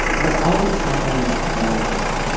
but all this happened gradually.